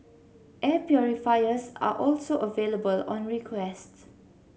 air purifiers are also available on requests